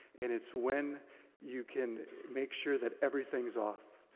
and it's when you can make sure that everything's off.